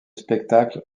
spectacle